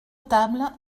table